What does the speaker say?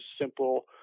simple